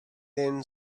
thin